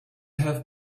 have